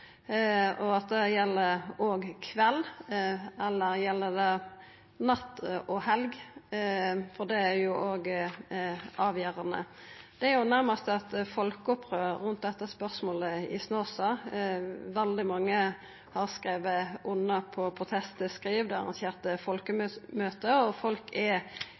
og at det òg gjeld kveld. Eller gjeld det natt og helg? – For det er jo òg avgjerande. Det er nærmast eit folkeopprør rundt dette spørsmålet i Snåsa. Veldig mange har skrive under på protestskriv, det er arrangert folkemøte, og folk er